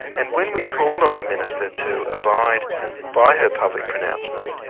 and when we called on the minister to abide by her public pronouncements,